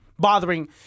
bothering